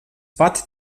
pati